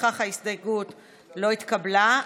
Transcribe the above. לפיכך ההסתייגות לא התקבלה.